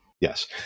Yes